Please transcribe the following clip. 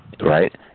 right